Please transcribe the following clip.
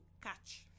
catch